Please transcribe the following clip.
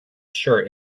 shirt